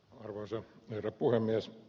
arvoisa herra puhemies